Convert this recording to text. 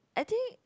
I think